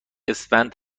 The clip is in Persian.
اسفند